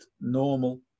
normal